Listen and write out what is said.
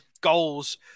goals